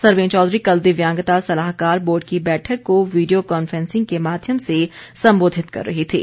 सरवीण चौधरी कल दिव्यांगता सलाहकार बोर्ड की बैठक को वीडियो कॉन्फ्रेंसिंग के माध्यम से संबोधित कर रही थीं